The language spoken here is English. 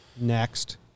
Next